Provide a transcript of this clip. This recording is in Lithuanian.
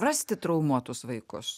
rasti traumuotus vaikus